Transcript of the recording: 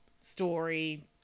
story